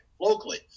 locally